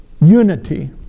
unity